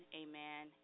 amen